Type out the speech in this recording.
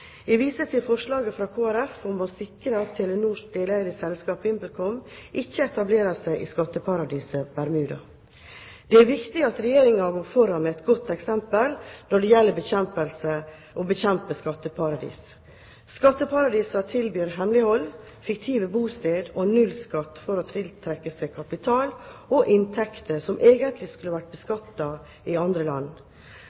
Jeg viser til forslaget fra Kristelig Folkeparti om å sikre at Telenors deleide selskap VimpelCom ikke etablerer seg i skatteparadiset Bermuda. Det er viktig at Regjeringen går foran med et godt eksempel når det gjelder å bekjempe skatteparadiser. Skatteparadiser tilbyr hemmelighold, fiktivt bosted og nullskatt for å tiltrekke seg kapital og inntekter som egentlig skulle vært